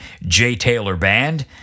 JTaylorBand